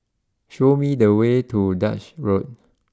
show me the way to Duchess Road